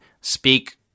speak